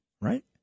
right